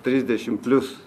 trisdešim plius